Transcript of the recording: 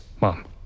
Mom